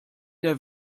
der